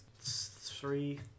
three